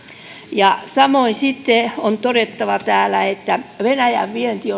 samoin sitten on todettava täällä että venäjän vienti